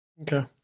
Okay